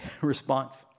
response